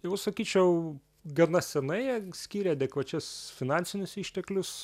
jau sakyčiau gana senai jie skyrė adekvačias finansinius išteklius